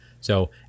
So-